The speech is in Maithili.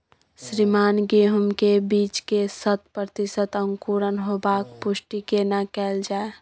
श्रीमान गेहूं के बीज के शत प्रतिसत अंकुरण होबाक पुष्टि केना कैल जाय?